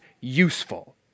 useful